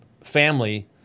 family